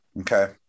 Okay